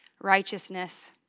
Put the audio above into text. righteousness